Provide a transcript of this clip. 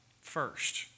first